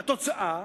התוצאה,